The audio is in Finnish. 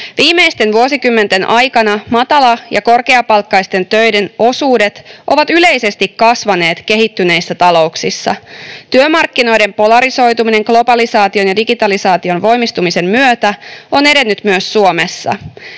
Viimeisten vuosikymmenten aikana matala- ja korkeapalkkaisten töiden osuudet ovat yleisesti kasvaneet kehittyneissä talouksissa. Työmarkkinoiden polarisoituminen globalisaation ja digitalisaation voimistumisen myötä on edennyt myös Suomessa.